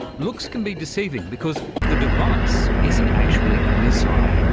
looks can be deceiving because the device isn't actually a missile,